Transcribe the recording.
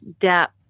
depth